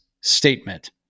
statement